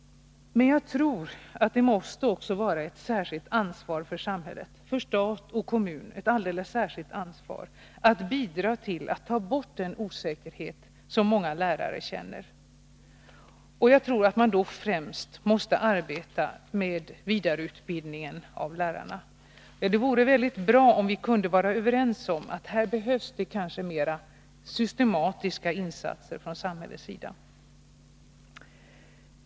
Men jag tror att det också måste vara ett alldeles särskilt ansvar för samhället, för stat och kommun, att bidra till att ta bort den osäkerhet som många lärare känner. Jag tror att man då främst måste arbeta med vidareutbildning av lärarna. Det vore mycket bra om vi kunde vara överens om att det här behövs mer systematiska insatser från samhällets sida.